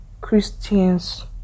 Christians